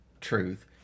truth